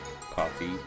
coffee